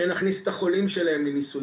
שנכניס את החולים שלהם לניסוי,